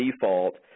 default